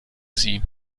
sie